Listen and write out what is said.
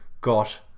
got